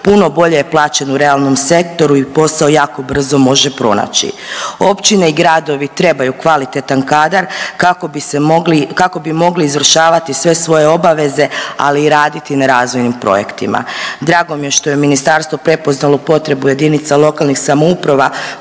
puno bolje je plaćen u realnom sektoru i posao jako brzo može pronaći. Općine i gradovi trebaju kvalitetan kadar kako bi se mogli, kako bi mogli izvršavati sve svoje obaveze, ali raditi na razvojnim projektima. Drago mi je što je ministarstvo prepoznalo potrebu jedinica lokalnih samouprava